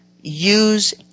Use